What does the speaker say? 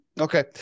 Okay